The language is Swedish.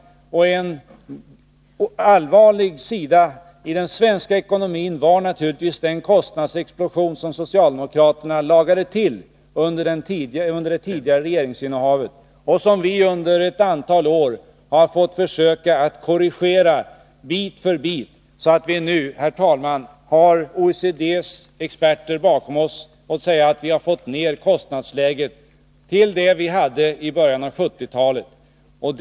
Ett allvarligt inslag i den svenska ekonomin var naturligtvis den kostnadsexplosion som socialdemokraterna ”lagade till” under det tidigare regeringsinnehavet. Vi fick under ett antal år försöka att bit för bit korrigera den socialdemokratiska politiken. Nu har vi, herr talman, OECD:s experter bakom oss när vi konstaterar att vi har lyckats få ned kostnadsläget till det läge som det hade i början av 1970-talet.